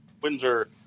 Windsor